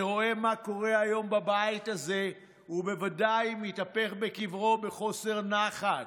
שרואה מה קורה היום בבית הזה ובוודאי מתהפך בקברו בחוסר נחת,